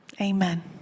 Amen